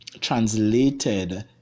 translated